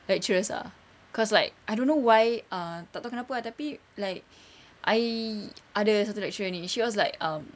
lecturers ah cause like I don't know why ah tak tahu kenapa ah tapi like I ada satu lecturer ni she was like um